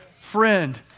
Friend